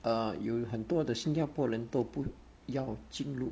err 有很多的新加坡人都不要进入